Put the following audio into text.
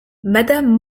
madame